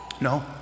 No